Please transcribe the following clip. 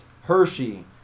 Hershey